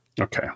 Okay